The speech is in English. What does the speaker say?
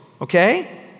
okay